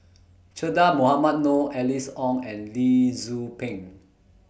Che Dah Mohamed Noor Alice Ong and Lee Tzu Pheng